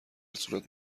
صورت